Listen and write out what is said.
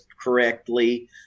correctly